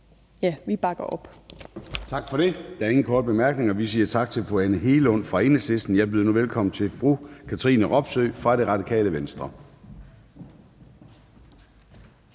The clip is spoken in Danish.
(Søren Gade): Tak for det. Der er ingen korte bemærkninger. Vi siger tak til fru Anne Hegelund fra Enhedslisten. Jeg byder nu velkommen til fru Katrine Robsøe fra Radikale Venstre.